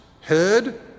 heard